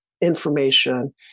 information